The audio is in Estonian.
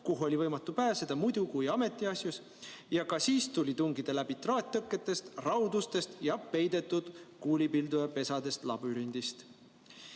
kuhu oli võimatu pääseda muidu kui ametiasjus, ja ka siis tuli tungida läbi traattõketest, raudustest ja peidetud kuulipildujapesadest labürindi.